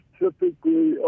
typically